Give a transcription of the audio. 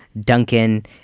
Duncan